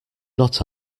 not